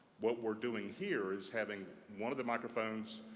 what we're doing here is having one of the microphone